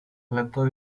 letos